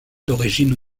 d’origine